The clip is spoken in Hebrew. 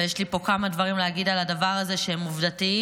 ויש לי פה כמה דברים להגיד על הדבר הזה שהם עובדתיים,